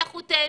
לכו, תיהנו.